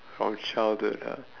from childhood ah